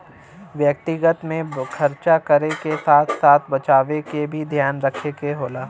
व्यक्तिगत में खरचा करे क साथ साथ बचावे क भी ध्यान रखे क होला